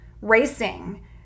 racing